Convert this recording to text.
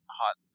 hot